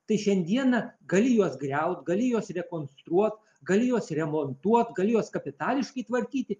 tai šiandieną gali juos griaut gali juos rekonstruot gali juos remontuot gal juos kapitališkai tvarkyti